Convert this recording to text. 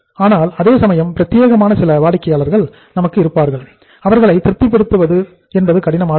ஆனால் அதே சமயம் பிரத்தியேகமான சில வாடிக்கையாளர்கள் நமக்கு இருப்பார்கள் அவர்களை திருப்தி படுத்துவது கடினமாக இருக்கும்